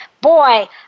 Boy